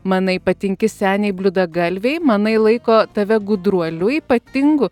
manai patinki senei bliūdagalvei manai laiko tave gudruoliu ypatingu